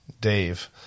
Dave